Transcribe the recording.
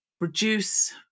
reduce